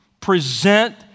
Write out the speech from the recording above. present